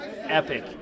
epic